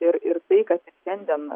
ir ir tai kad ir šiandien